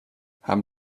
haben